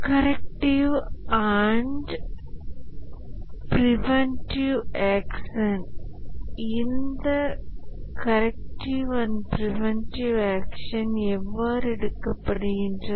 corrective and preventive action இந்த corrective and preventive action எவ்வாறு எடுக்கப்படுகின்றன